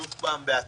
שוב פעם בהצלחה.